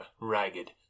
ragged